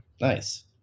Nice